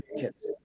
kids